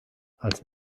als